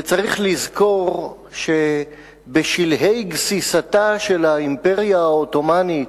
וצריך לזכור שבשלהי גסיסתה של האימפריה העות'מאנית,